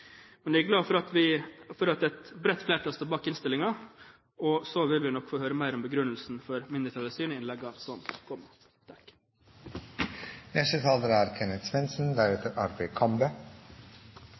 Men jeg er glad for at et bredt flertall står bak innstillingen. Og vi vil nok få høre mer om begrunnelsen for mindretallets syn i innleggene som